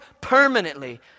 permanently